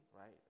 right